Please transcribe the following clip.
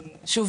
אני רוצה להשיב